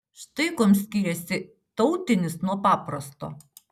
štai kuom skiriasi tautinis nuo paprasto